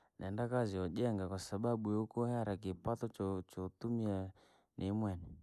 Neenda kazi yoojenga, kwasababu yakuhera kipato cho- chootumia niemvenee.